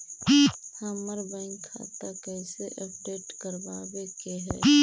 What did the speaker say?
हमर बैंक खाता कैसे अपडेट करबाबे के है?